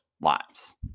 lives